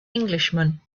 englishman